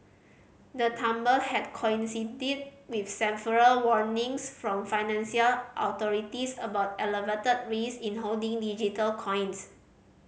the tumble had coincided with several warnings from financial authorities about elevated risk in holding digital coins